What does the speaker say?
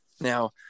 Now